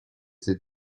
ses